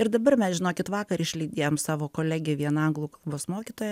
ir dabar mes žinokit vakar išlydėjom savo kolegę vieną anglų kalbos mokytoją